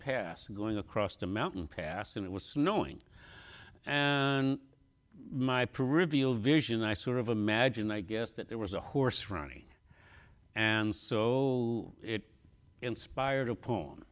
pass going across the mountain pass and it was snowing and my privilege vision i sort of imagined i guess that there was a horse ronnie and so it inspired